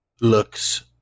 looks